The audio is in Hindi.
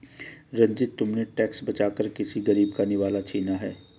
रंजित, तुमने टैक्स बचाकर किसी गरीब का निवाला छीना है